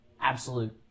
absolute